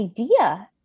idea